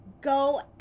go